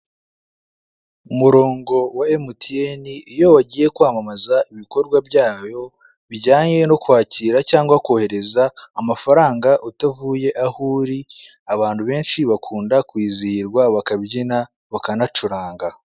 Umurongo wa emutiyene iyo wagiye kwamamaza ibikorwa byayo bijyanye no kwakira cyangwa kohereza amafaranga utavuye aho uri, abantu benshi bakunda kwizihirwa bakabyina bakanacuranga.